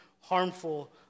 harmful